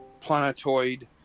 planetoid